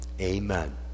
Amen